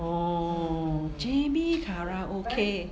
oh J_B karaoke